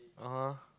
(uh huh)